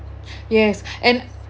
yes and